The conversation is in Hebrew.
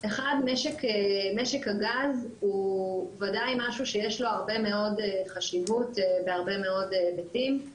משק הגזר הוא ודאי משהו שיש לו הרבה מאוד חשיבות בהרבה מאוד היבטים,